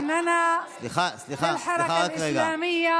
אדוני היו"ר, אנחנו מבקשים שהיא תדבר בעברית.